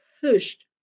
pushed